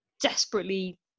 desperately